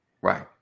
Right